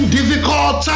difficult